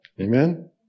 Amen